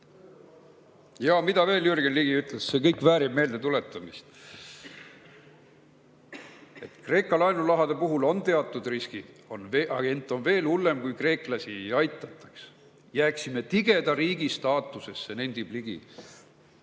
Ja mida veel Jürgen Ligi ütles? See kõik väärib meeldetuletamist. "[…] Kreeka laenurahade puhul on teatud riskid, ent veel hullem oleks, kui kreeklasi ei aitaks. [---] "Jääksime tigeda riigi staatusesse," nendib Ligi."